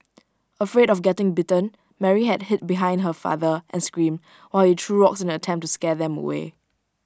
afraid of getting bitten Mary had hid behind her father and screamed while he threw rocks in an attempt to scare them away